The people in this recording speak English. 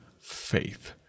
faith